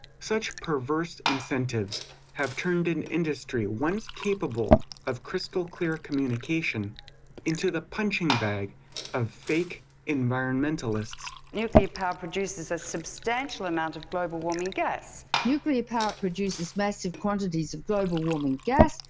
such perverse incentives have turned an industry once capable of crystal clear communication into the punching-bag of fake environmentalists. nuclear power produces a substantial amount of global warming gas. nuclear power produces massive quantities of global warming gas.